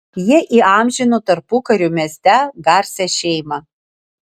jie įamžino tarpukariu mieste garsią šeimą